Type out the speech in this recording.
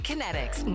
Kinetics